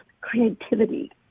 creativity